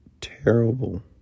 terrible